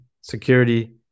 security